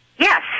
Yes